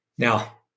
Now